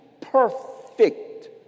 perfect